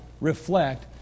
reflect